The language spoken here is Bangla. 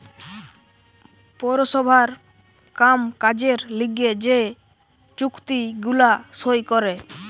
পৌরসভার কাম কাজের লিগে যে চুক্তি গুলা সই করে